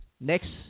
next